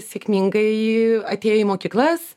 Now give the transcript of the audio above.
sėkmingai atėję į mokyklas